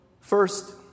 First